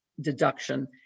deduction